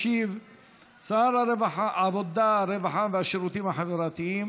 ישיב שר העבודה, הרווחה והשירותים החברתיים